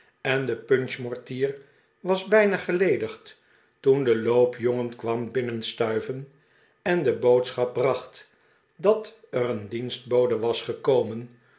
en de punchmortier was bijna geledigd toen de loopjongen kwam binnenstuiven en de boodschap bracht dat er een dienstbode was gekomen